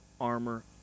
armor